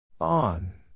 On